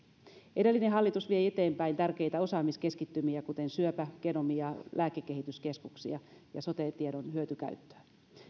edellinen hallitus vei eteenpäin tärkeitä osaamiskeskittymiä kuten syöpäkeskusta genomikeskusta ja lääkekehityskeskusta ja sote tiedon hyötykäyttöä